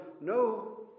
No